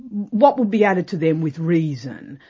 what would be added to them with reason?